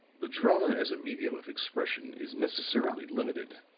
the drama as a medium of expression is necessarily limited,